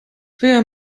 wir